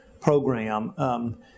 program